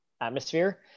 atmosphere